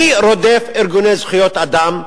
מי רודף ארגוני זכויות אדם?